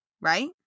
right